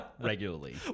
regularly